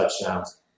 touchdowns